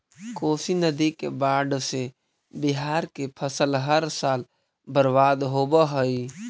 कोशी नदी के बाढ़ से बिहार के फसल हर साल बर्बाद होवऽ हइ